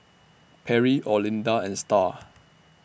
Perry Olinda and STAR